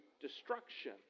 destruction